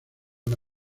una